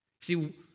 See